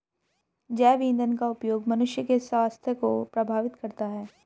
जैव ईंधन का उपयोग मनुष्य के स्वास्थ्य को प्रभावित करता है